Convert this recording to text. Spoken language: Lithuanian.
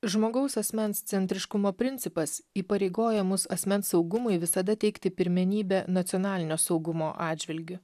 žmogaus asmens centriškumo principas įpareigoja mus asmens saugumui visada teikti pirmenybę nacionalinio saugumo atžvilgiu